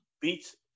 beats